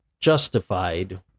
justified